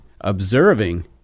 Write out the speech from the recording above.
Observing